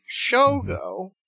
Shogo